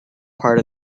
part